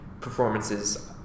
performances